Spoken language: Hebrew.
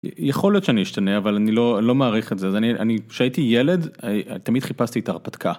יכול להיות שאני אשתנה אבל אני לא לא מעריך את זה אני אני שהייתי ילד תמיד חיפשתי את הרפתקה.